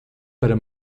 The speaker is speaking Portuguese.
para